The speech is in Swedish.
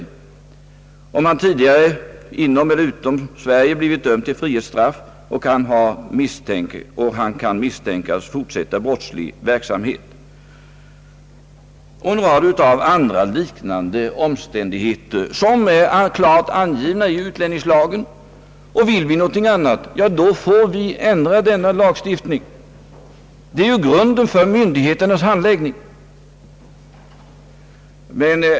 Vidare kan han avvisas om han tidigare inom eller utom Sverige blivit dömd till frihetsstraff och han kan misstänkas fortsätta brottslig verksamhet. Det finns en rad andra liknande omständigheter som är klart angivna i utlänningslagen. Vill vi något annat, får vi ändra denna Jagstiftning, som ju är grunden för myndigheternas handläggning av dessa frågor.